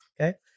Okay